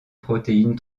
protéines